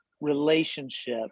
relationship